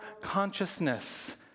consciousness